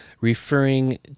referring